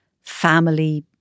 family